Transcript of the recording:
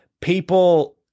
people